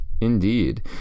Indeed